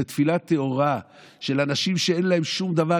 זו תפילה טהורה של אנשים שאין להם שום דבר,